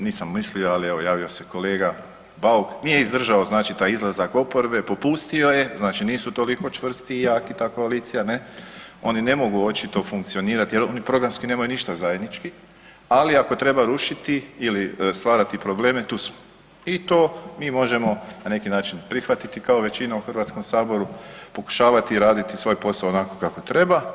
Nisam mislio, ali javio se kolega Bauk, nije izdržao taj izlazak oporbe, popustio je znači nisu toliko čvrsti i jaki ta koalicija ne, oni ne mogu očito funkcionirati jer oni programski nemaju ništa zajednički, ali ako treba rušiti ili stvarati probleme tu smo i to mi možemo na neki način prihvatiti kao većina u HS-u, pokušavati raditi svoj posao onako kako treba.